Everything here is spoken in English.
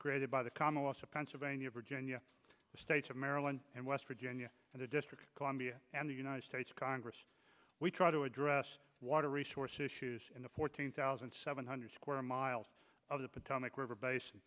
created by the commonwealth of pennsylvania virginia states of maryland and west virginia and the district of columbia and the united states congress we try to address water resource issues in the fourteen thousand seven hundred square miles of the potomac river basin